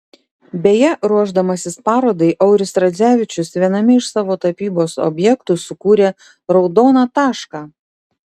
beje ruošdamasis parodai auris radzevičius viename iš savo tapybos objektų sukūrė raudoną tašką